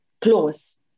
close